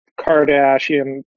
Kardashian